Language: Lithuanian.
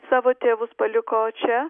savo tėvus paliko čia